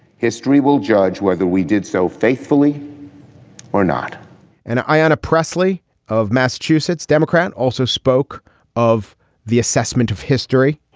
history will judge whether we did so faithfully or not and ah ayanna pressley of massachusetts democrat also spoke of the assessment of history.